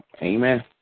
Amen